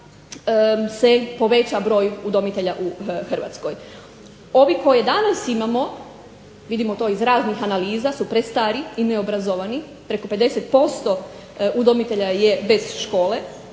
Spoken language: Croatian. se poveća broj udomitelja u Hrvatskoj. Ovi koje danas imamo vidimo to iz raznih analiza su prestari i neobrazovani. Preko 50% udomitelja je bez škole